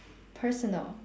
personal